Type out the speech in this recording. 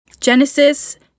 Genesis